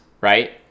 right